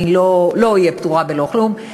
אני לא אהיה פטורה בלא כלום,